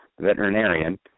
veterinarian